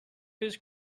his